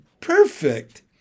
perfect